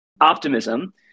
optimism